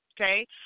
okay